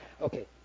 Okay